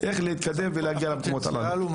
איך להתקדם ולהגיע למקומות הללו.